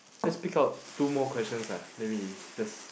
let's pick up two more questions lah then we just